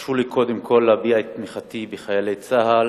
הרשו לי, קודם כול, להביע את תמיכתי בחיילי צה"ל